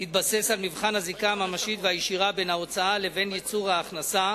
התבסס על מבחן הזיקה הממשית והישירה בין ההוצאה לבין ייצור ההכנסה,